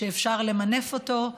שאפשר למנף אותו.